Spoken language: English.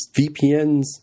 VPNs